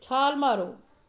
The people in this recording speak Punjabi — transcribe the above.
ਛਾਲ ਮਾਰੋ